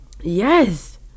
Yes